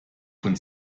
von